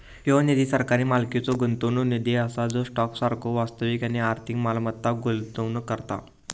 ह्यो निधी सरकारी मालकीचो गुंतवणूक निधी असा जो स्टॉक सारखो वास्तविक आणि आर्थिक मालमत्तांत गुंतवणूक करता